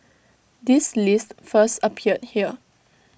this list first appeared here